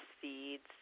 seeds